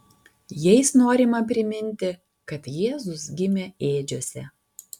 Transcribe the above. jais norima priminti kad jėzus gimė ėdžiose